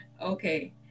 Okay